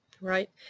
right